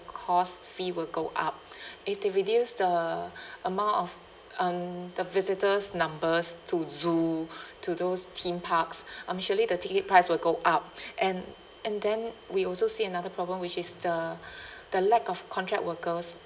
course fee will go up if they reduce the amount of um the visitors numbers to zoo to those theme parks um surely the ticket price will go up and and then we also see another problem which is the the lack of contract workers